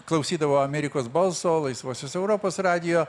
klausydavau amerikos balso laisvosios europos radijo